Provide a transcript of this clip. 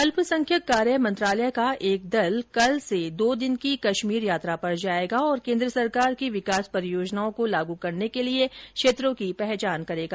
अल्पसंख्यक कार्य मंत्रालय का एक दल कल से दो दिन की कश्मीर यात्रा पर जायेगा और केन्द्र सरकार की विकास परियोजनाओं को लागू करने के लिए क्षेत्रों की पहचान करेगा